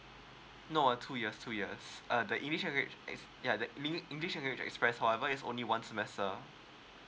no two years two years uh the english ya the english language express however is only one semester